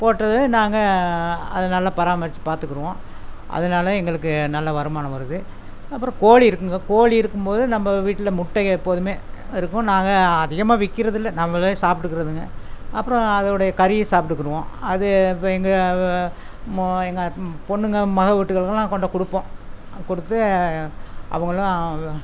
போட்டதும் நாங்கள் அதை நல்லா பராமரித்துப் பார்த்துக்குருவோம் அதனால எங்களுக்கு நல்லா வருமானம் வருது அப்புறம் கோழி இருக்குதுங்க கோழி இருக்கும்போது நம்ம வீட்டில் முட்டைகள் எப்போதுமே இருக்கும் நாங்கள் அதிகமாக விற்கிறதில்ல நம்மளே சாப்பிட்டுக்கிறதுங்க அப்புறம் அதனுடைய கறியை சாப்பிட்டுக்கிருவோம் அது இப்போ எங்கள் வ மோ எங்கள் பொண்ணுங்கள் மகள் வீட்டுகளுக்கெல்லாம் கொண்டு கொடுப்போம் கொடுத்து அவங்களும்